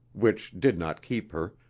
which did not keep her,